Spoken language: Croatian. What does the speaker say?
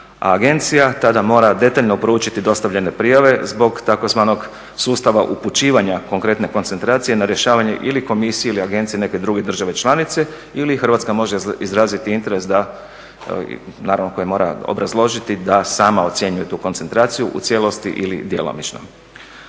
a agencija tada mora detaljno proučiti dostavljene prijave zbog tzv. sustava upućivanja konkretne koncentracije na rješavanje ili komisiji ili agenciji neke druge države članice ili Hrvatska može izraziti interes koji mora obrazložiti da sama ocjenjuje tu koncentraciju u cijelosti ili djelomično.